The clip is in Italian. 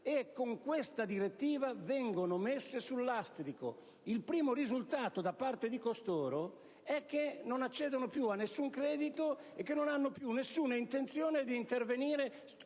con questa direttiva, essi vengono messi sul lastrico. Il primo risultato è che non accedono più a nessun credito e che non hanno più nessuna intenzione di intervenire